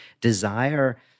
desire